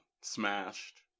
smashed